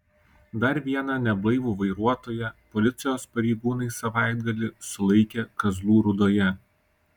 dar vieną neblaivų vairuotoją policijos pareigūnai savaitgalį sulaikė kazlų rūdoje